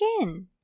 again